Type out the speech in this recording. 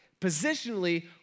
Positionally